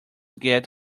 get